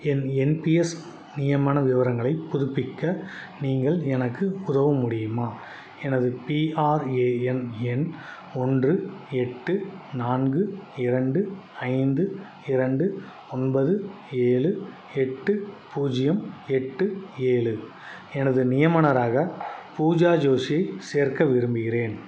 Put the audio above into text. என் N P S நியமன விவரங்களைப் புதுப்பிக்க நீங்கள் எனக்கு உதவ முடியுமா எனது பிஆர்ஏஎன் எண் ஒன்று எட்டு நான்கு இரண்டு ஐந்து இரண்டு ஒன்பது ஏழு எட்டு பூஜ்ஜியம் எட்டு ஏழு எனது நியமனமராக பூஜா ஜோஷி ஐ சேர்க்க விரும்புகிறேன்